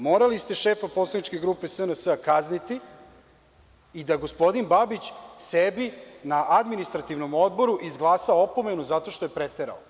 Morali ste šefa poslaničke grupe SNS kazniti i da gospodin Babić sebi na Administrativnom odboru izglasa opomenu zato što je preterao.